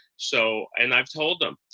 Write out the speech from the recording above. so and i've told them,